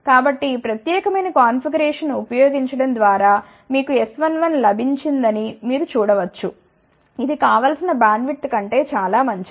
కాబట్టి ఈ ప్రత్యేకమైన కాన్ఫిగరేషన్ను ఉపయోగించడం ద్వారా మీకు S11 లభించిందని మీరు చూడ వచ్చు ఇది కావలసిన బ్యాండ్విడ్త్ కంటే చాలా మంచిది